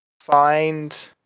find